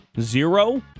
zero